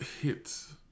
hits